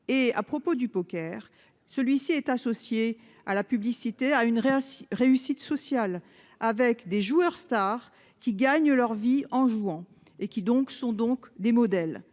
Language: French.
À propos du poker, celui-ci est associé à la publicité et à la réussite sociale avec des joueurs stars qui gagnent leur vie en jouant et qui sont donc, en quelque